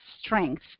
strength